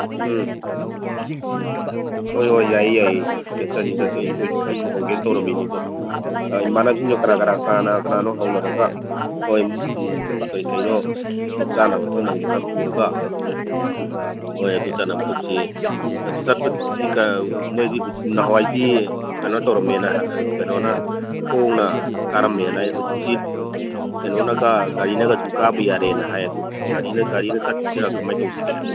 ꯎꯝ ꯍꯣꯏ ꯍꯣꯏ ꯌꯥꯏꯌꯦ ꯌꯥꯏꯌꯦ ꯆꯠꯁꯦ ꯆꯠꯁꯦ ꯑꯩꯁꯨ ꯈꯣꯏꯁꯨ ꯑꯩꯁꯨ ꯍꯧꯒꯦ ꯇꯧꯔꯝꯃꯤꯅꯤ ꯑꯗꯣ ꯏꯃꯥꯟꯅꯕꯁꯤꯡꯗꯣ ꯀꯅꯥ ꯀꯅꯥ ꯀꯅꯥ ꯀꯅꯥꯅꯣ ꯍꯧꯅꯔꯒ ꯍꯣꯏ ꯀꯩꯀꯩꯅꯣ ꯍꯣꯏ ꯆꯥꯅꯕ ꯊꯛꯅꯕꯗꯣ ꯈꯔ ꯄꯨꯔꯒ ꯍꯣꯏ ꯑꯗꯨ ꯆꯠꯅꯕ ꯇꯧꯁꯤ ꯑꯗꯨ ꯆꯠꯄꯁꯤꯗꯤ ꯃꯣꯏꯒꯤ ꯅꯍꯥꯟꯋꯥꯏꯗꯤ ꯀꯩꯅꯣ ꯇꯧꯔꯝꯃꯦꯅ ꯀꯩꯅꯣꯅ ꯈꯣꯡꯅ ꯀꯥꯔꯝꯃꯦꯅ ꯍꯧꯖꯤꯛꯇꯤ ꯀꯩꯅꯣꯅꯒ ꯒꯥꯔꯤꯅꯒ ꯁꯨꯝ ꯀꯥꯕ ꯌꯥꯔꯦꯅ ꯍꯥꯏ ꯑꯗꯨ ꯒꯥꯔꯤꯅ ꯒꯥꯔꯤꯗ ꯆꯠꯁꯤꯔ ꯀꯃꯥꯏꯅ ꯇꯧꯁꯤꯒꯦ